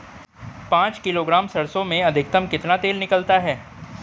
पाँच किलोग्राम सरसों में अधिकतम कितना तेल निकलता है?